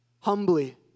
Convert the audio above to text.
humbly